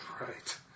Right